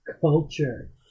culture